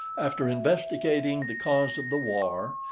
after investigating the cause of the war,